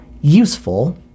useful